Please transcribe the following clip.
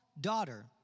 daughter